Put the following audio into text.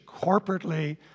corporately